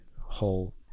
whole